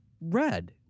red